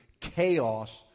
Chaos